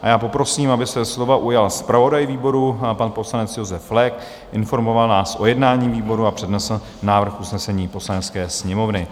A já poprosím, aby se slova ujal zpravodaj výboru, pan poslanec Josef Flek, informoval nás o jednání výboru a přednesl návrh usnesení Poslanecké sněmovny.